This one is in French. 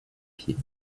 pieds